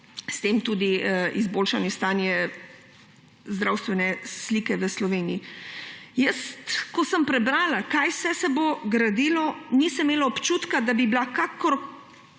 s tem tudi izboljšanje stanja zdravstvene slike v Sloveniji. Ko sem prebrala, kaj vse se bo gradilo, nisem imela občutka, da bi bila kakšna